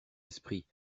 esprit